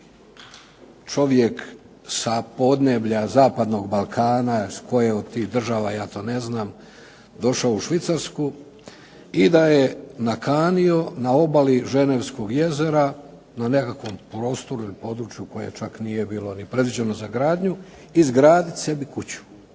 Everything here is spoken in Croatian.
čovjek sa podneblja zapadnog Balkana, iz koje od tih država, ja to ne znam, došao u Švicarsku i da je nakanio na obali Ženevskog jezera, na nekakvom prostoru ili području koje čak nije bilo ni predviđeno za gradnju izgraditi sebi kuću.